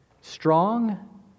strong